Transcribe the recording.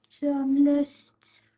journalists